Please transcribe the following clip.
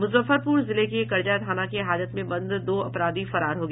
मुजफ्फरपुर जिले के करजा थाना के हाजत में बंद दो अपराधी फरार हो गया